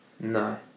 No